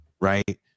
right